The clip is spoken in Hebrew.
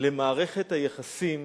למערכת היחסים